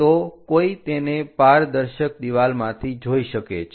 તો કોઈ તેને પારદર્શક દીવાલમાંથી જોઈ શકે છે